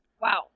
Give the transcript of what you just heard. Wow